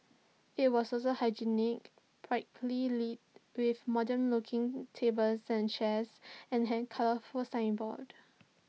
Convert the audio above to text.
IT was also hygienic brightly lit with modern looking tables and chairs and hand signboards